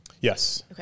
Yes